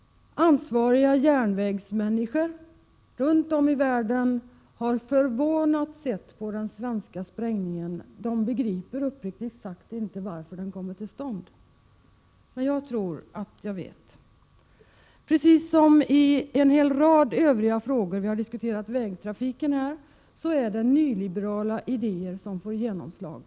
Ansvariga järnvägsmänniskor runt om i världen har förvånat sett på den svenska sprängningen. De begriper uppriktigt sagt inte varför den kommer till stånd. Men jag tror att jag vet! Precis som i en hel rad övriga frågor — vi har diskuterat vägtrafiken — är det nyliberala idéer som får genomslag.